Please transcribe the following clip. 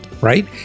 right